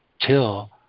till